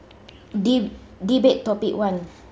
deb~ debate topic one